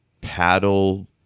paddle